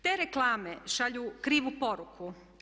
Te reklame šalju krivu poruku.